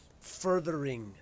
Furthering